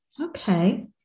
Okay